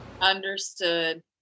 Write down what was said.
Understood